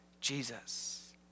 Jesus